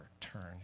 turn